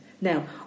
Now